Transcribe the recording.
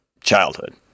childhood